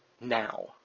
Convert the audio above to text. now